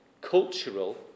cultural